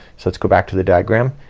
so let's go back to the diagram.